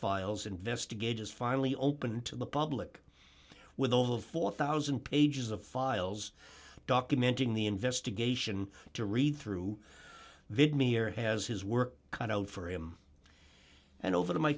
files investigators finally open to the public with over four thousand pages of files document in the investigation to read through vid me or has his work cut out for him and over to my